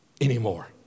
anymore